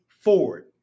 forward